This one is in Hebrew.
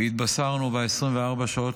והתבשרנו ב-24 השעות